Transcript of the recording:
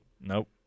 Nope